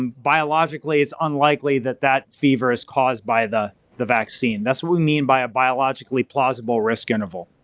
um biologically it's unlikely that that fever is caused by the the vaccine. that's what we mean by a biologically plausible risk interval.